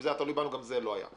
ואם זה היה תלוי בנו גם זה לא היה.